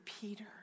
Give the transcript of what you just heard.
Peter